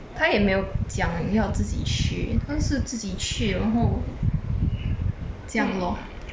她也没有讲要自己去她是自己去然后这样 lor